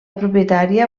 propietària